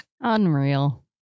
Unreal